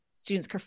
Students